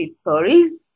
stories